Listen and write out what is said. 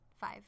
Five